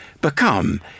become